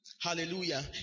hallelujah